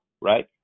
right